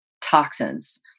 toxins